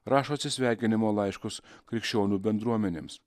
rašo atsisveikinimo laiškus krikščionių bendruomenėms